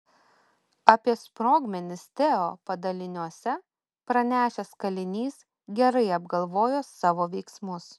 apie sprogmenis teo padaliniuose pranešęs kalinys gerai apgalvojo savo veiksmus